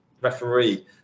referee